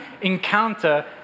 encounter